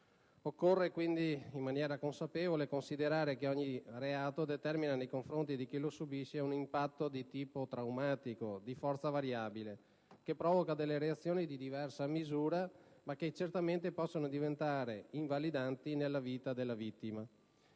Occorre quindi consapevolmente considerare che ogni reato determina, nei confronti di chi lo subisce, un impatto di tipo traumatico di forza variabile, che provoca delle reazioni di diversa misura ma che certamente possono diventare invalidanti nella vita della vittima.